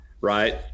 Right